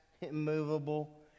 immovable